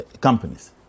companies